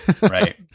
right